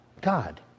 God